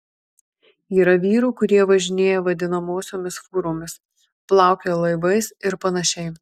yra vyrų kurie važinėja vadinamosiomis fūromis plaukioja laivais ir panašiai